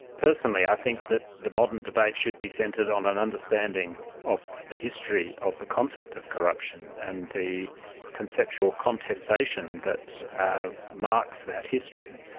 personally i think that the modern debate should be centred on an understanding of the history of the concept of corruption and the conceptual contestation that marks that history.